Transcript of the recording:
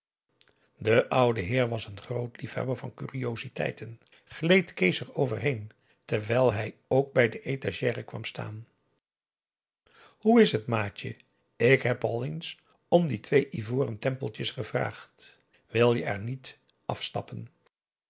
de oude heer was een groot liefhebber van curiositeiten gleed kees erover heen terwijl hij ook bij de étagère kwam staan hoe is het maatje ik heb al eens om die twee ivoren tempeltjes gevraagd wil je er niet afstappen